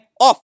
off